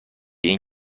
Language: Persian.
این